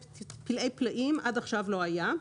פלאי פלאים, עד עכשיו זה לא היה.